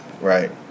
Right